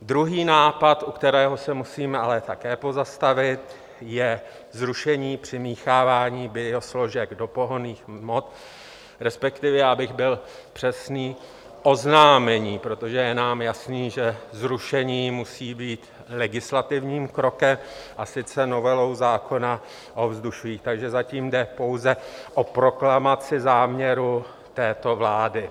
Druhý nápad, u kterého se musíme ale také pozastavit, je zrušení přimíchávání biosložek do pohonných hmot, respektive, abych byl přesný, oznámení protože je nám jasné, že zrušení musí být legislativním krokem, a sice novelou zákona o ovzduší takže zatím jde pouze o proklamaci záměru této vlády.